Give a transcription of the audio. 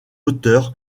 hauteur